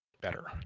better